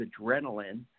adrenaline